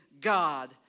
God